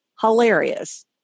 hilarious